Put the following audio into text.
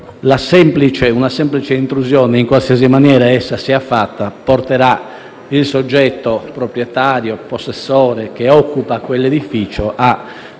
una semplice intrusione, in qualsiasi maniera essa sia fatta, porterà il soggetto proprietario, possessore, che occupa quell'edificio a